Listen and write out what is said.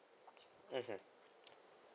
mmhmm